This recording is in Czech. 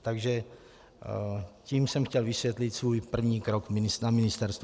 Takže tím jsem chtěl vysvětlit svůj první krok na ministerstvu.